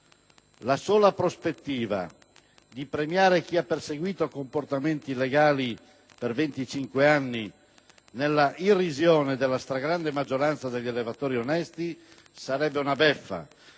La sola prospettiva di premiare chi ha perseguito comportamenti illegali per 25 anni nella irrisione della stragrande maggioranza degli allevatori onesti sarebbe una beffa,